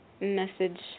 message